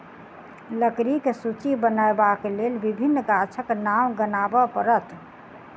लकड़ीक सूची बनयबाक लेल विभिन्न गाछक नाम गनाब पड़त